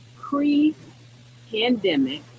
pre-pandemic